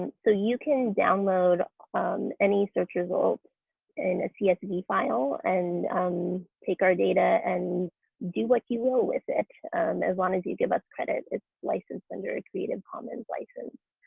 so you can download um any search results in a csv file and take our data and do what you want with it as long as you give us credit. it's licensed under a creative commons license.